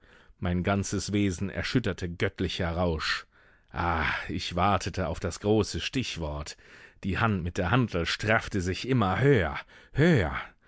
mein ganzes wesen erschütterte göttlicher rausch ah ich wartete auf das große stichwort die hand mit der hantel straffte sich immer höher höher